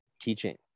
teaching